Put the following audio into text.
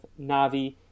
Navi